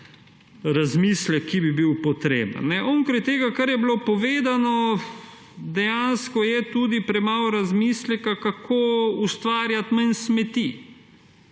razmislek, ki bi bil potreben. Onkraj tega, kar je bilo povedano, dejansko je tudi premalo razmisleka, kako ustvarjati manj smeti.